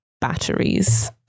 batteries